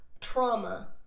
trauma